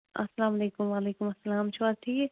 اَلسلامُ علیکُم وعلیکُم السلام چھُو حظ ٹھیٖک